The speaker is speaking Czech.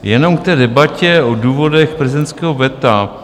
Jenom k té debatě o důvodech prezidentského veta.